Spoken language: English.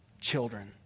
Children